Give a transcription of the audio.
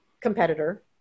competitor